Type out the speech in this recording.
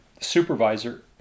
supervisor